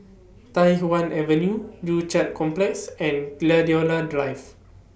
Tai Hwan Avenue Joo Chiat Complex and Gladiola Drive